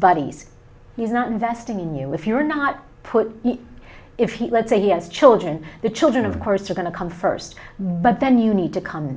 buddies he's not investing in you if you're not put if he let's say yes children the children of course are going to come first what then you need to come